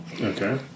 Okay